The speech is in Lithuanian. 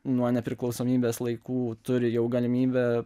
nuo nepriklausomybės laikų turi jau galimybę